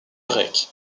break